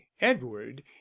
edward